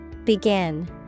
Begin